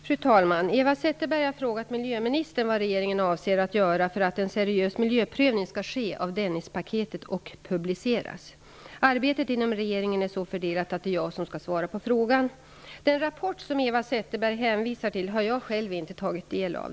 Fru talman! Eva Zetterberg har frågat miljöministern vad regeringen avser att göra för att en seriös miljöprövning skall ske av Dennispaketet och publiceras. Arbetet inom regeringen är så fördelat att det är jag som skall svara på frågan. Den rapport som Eva Zetterberg hänvisar till har jag själv inte tagit del av.